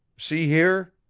see here